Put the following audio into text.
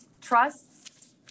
Trusts